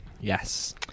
Yes